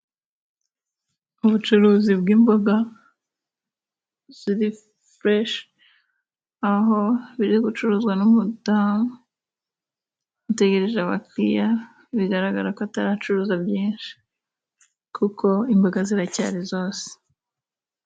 ubucuruzi bw'imboga ziri fureshi aho biri gucuruzwa n'umudamu utegereje abakiriya bigaragara ko ataracuruza byinshi kuko imboga ziracyari zose.